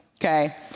okay